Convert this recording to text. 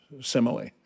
simile